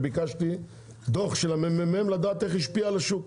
שביקשתי דו"ח של ה-ממ"מ כדי לדעת איך היא השפיעה על השוק.